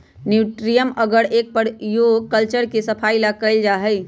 nutrients अगर के प्रयोग कल्चर के सफाई ला कइल जाहई